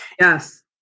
Yes